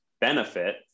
benefit